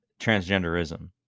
transgenderism